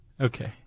Okay